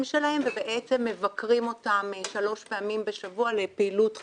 שלהם ומבקרים אותם שלוש פעמים בשבוע לפעילות חברתית.